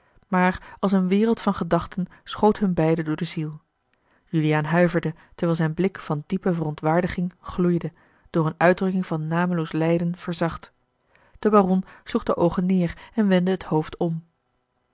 maar als een wereld van gedachten schoot hun beiden door de ziel juliaan huiverde terwijl zijn blik van diepe verontwaardiging gloeide door eene uitdrukking van nameloos lijden verzacht de baron sloeg de oogen neêr en wendde het hoofd om